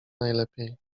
najlepiej